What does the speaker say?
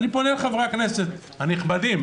אני פונה לחברי הכנסת הנכבדים,